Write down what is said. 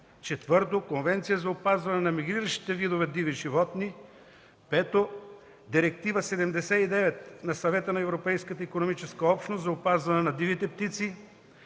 птици. 4. Конвенция за опазване на мигриращите видове диви животни. 5. Директива № 79 на Съвета на европейската икономическа общност за опазване на дивите птици.